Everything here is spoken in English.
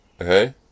Okay